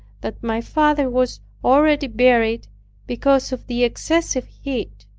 that my father was already buried because of the excessive heat.